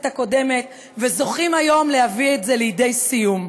הקודמת וזוכים היום להביא את זה לידי סיום.